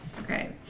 Okay